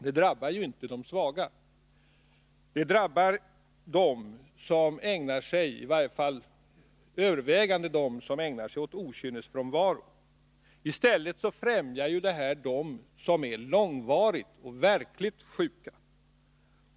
Det drabbar ju inte de svaga, utan till övervägande delen dem som ägnar sig åt okynnesfrånvaro. Förslaget gynnar dessutom dem som är långvarigt och verkligt sjuka.